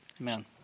Amen